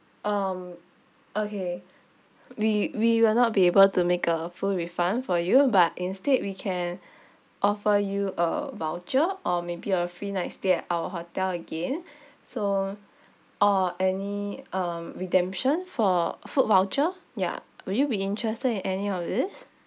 um okay we we will not be able to make a full refund for you but instead we can offer you a voucher or maybe a free night's stay at our hotel again so or any um redemption for food voucher ya would you be interested in any of this